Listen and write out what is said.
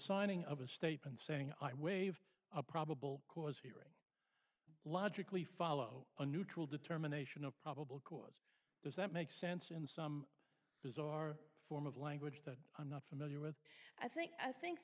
signing of a statement saying i waive a probable cause hearing logically follow a neutral determination of probable cause does that make sense in some bizarre form of language that i'm not familiar with i think i think